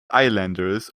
islanders